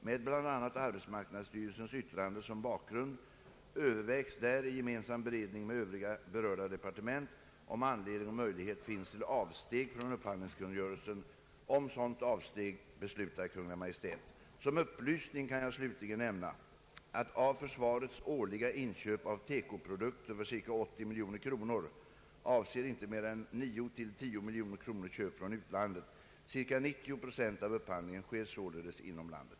Med bl.a. arbetsmarknadsstyrelsens yttrande som bakgrund övervägs där i gemensam beredning med övriga berörda departement om anledning och möjlighet finns till avsteg från upphandlingskungörelsen. Om sådant avsteg beslutar Kungl. Maj:t. Som upplysning kan jag slutligen nämna att av försvarets årliga inköp av TEKO-produkter för ca 80 miljoner kronor avser inte mer än 9—10 miljoner kronor köp från utlandet. Ca 90 procent av upphandlingen sker således inom landet.